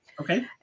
Okay